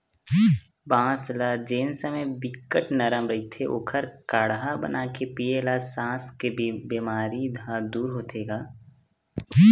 बांस ल जेन समे बिकट नरम रहिथे ओखर काड़हा बनाके पीए ल सास के बेमारी ह दूर होथे गा